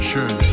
Sure